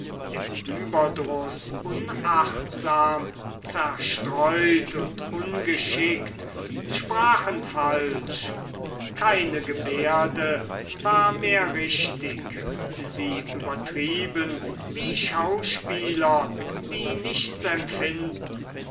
im überdruß unachtsam zerstreut und ungeschickt sprachen falsch keine gebärde war mehr richtig sie übertrieben wie schauspieler die nichts empfinden